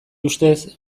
ustez